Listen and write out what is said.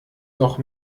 noch